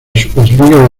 superliga